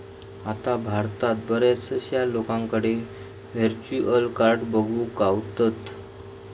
आता भारतात बऱ्याचशा लोकांकडे व्हर्चुअल कार्ड बघुक गावतत